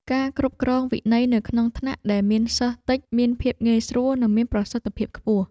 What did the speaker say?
ការគ្រប់គ្រងវិន័យនៅក្នុងថ្នាក់ដែលមានសិស្សតិចមានភាពងាយស្រួលនិងមានប្រសិទ្ធភាពខ្ពស់។